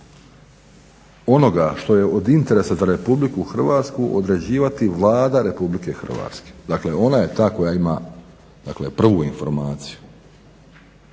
onoga što je od interesa za RH određivati Vlada RH, dakle ona je ta koja ima prvu informaciju.